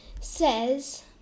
says